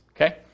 okay